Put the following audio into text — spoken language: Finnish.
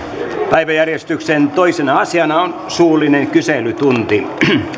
päiväjärjestyksen toisena asiana on suullinen kyselytunti